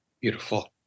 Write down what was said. Beautiful